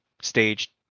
stage